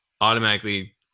automatically